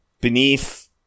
beneath